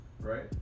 right